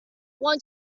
want